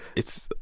it's,